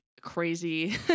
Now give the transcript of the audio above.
crazy